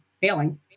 failing